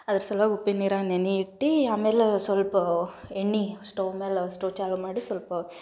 ಅದ್ರ ಸಲ್ವಾಗಿ ಉಪ್ಪಿನ ನೀರಾಗ ನೆನೆ ಇಟ್ಟು ಆಮೇಲೆ ಸ್ವಲ್ಪ ಎಣ್ಣೆ ಸ್ಟೊವ್ ಮ್ಯಾಲೆ ಸ್ಟೊವ್ ಚಾಲು ಮಾಡಿ ಸ್ವಲ್ಪ